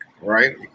Right